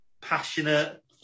passionate